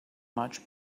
much